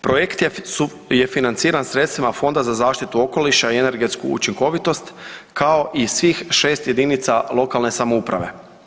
Projekt je financiran sredstvima Fonda za zaštitu okoliša i energetsku učinkovitost kao i svih 6 jedinica lokalne samouprave.